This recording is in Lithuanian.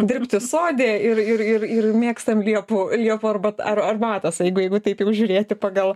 dirbti sode ir ir ir mėgstam liepų liepų arba ar arbatas jeigu taip jau žiūrėti pagal